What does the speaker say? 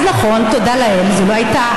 אז נכון, תודה לאל, זו לא הייתה